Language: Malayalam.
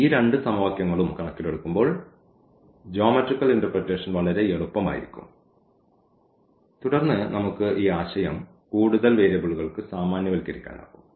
ഈ രണ്ട് സമവാക്യങ്ങളും കണക്കിലെടുക്കുമ്പോൾ ജ്യോമെട്രിക്കൽ ഇന്റെർപ്രെറ്റേഷൻ വളരെ എളുപ്പമായിരിക്കും തുടർന്ന് നമുക്ക് ഈ ആശയം കൂടുതൽ വേരിയബിളുകൾക്ക് സാമാന്യവൽക്കരിക്കാനാകും